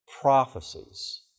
prophecies